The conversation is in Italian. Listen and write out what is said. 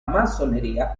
massoneria